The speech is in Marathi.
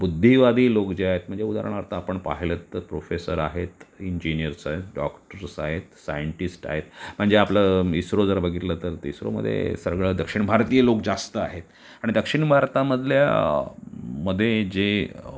बुद्धिवादी लोक जे आहेत म्हणजे उदाहरणार्थ आपण पाहिलंत तर प्रोफेसर आहेत इंजिनियर्स आहेत डॉक्टर्स आहेत साइन्टिस्ट आहेत म्हणजे आपलं इस्रो जर बघितलं तर इस्रोमध्ये सगळं दक्षिण भारतीय लोक जास्त आहेत आणि दक्षिण भारतामधल्या मध्ये जे